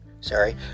Sorry